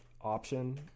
option